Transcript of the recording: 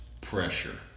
pressure